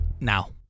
now